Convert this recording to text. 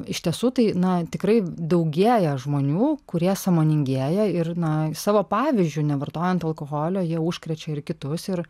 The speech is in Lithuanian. iš tiesų tai na tikrai daugėja žmonių kurie sąmoningėja ir na savo pavyzdžiu nevartojant alkoholio jie užkrečia ir kitus ir